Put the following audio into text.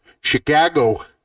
Chicago